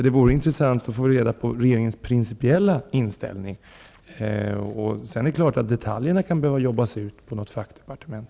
Det vore intressant att få reda på regeringens principiella inställning. Detaljerna kan behöva arbetas fram senare på något fackdepartement.